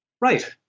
Right